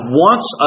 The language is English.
wants